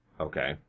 Okay